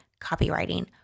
copywriting